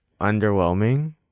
underwhelming